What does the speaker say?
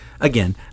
again